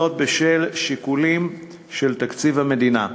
בשל שיקולים של תקציב המדינה.